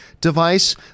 device